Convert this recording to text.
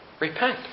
repent